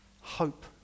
Hope